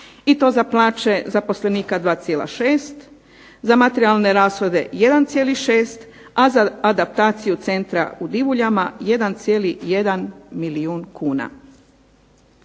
i to za plaće zaposlenika 2,6, za materijalne rashode 1,6, a za adaptaciju centra u Divuljama 1,1 milijun kuna.